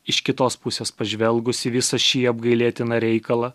iš kitos pusės pažvelgus į visą šį apgailėtiną reikalą